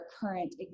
current